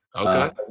Okay